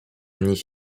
nich